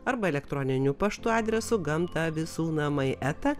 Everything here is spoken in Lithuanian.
arba elektroniniu paštu adresu gamta visų namai eta